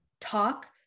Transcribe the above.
talk